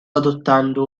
adottando